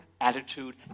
attitude